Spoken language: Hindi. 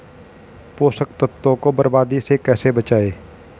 पोषक तत्वों को बर्बादी से कैसे बचाएं?